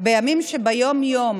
בימים שביום-יום